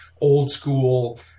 old-school